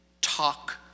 talk